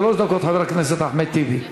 שלוש דקות, חבר הכנסת אחמד טיבי.